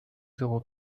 zéro